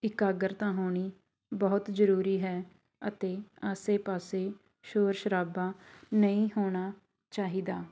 ਇਕਾਗਰਤਾ ਹੋਣੀ ਬਹੁਤ ਜ਼ਰੂਰੀ ਹੈ ਅਤੇ ਆਸੇ ਪਾਸੇ ਸ਼ੋਰ ਸ਼ਰਾਬਾਂ ਨਹੀਂ ਹੋਣਾ ਚਾਹੀਦਾ